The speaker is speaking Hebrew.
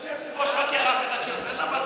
אדוני היושב-ראש, רק הערה, אפשר.